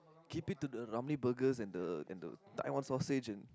keep it to the Ramly burgers and the and the Taiwan sausage in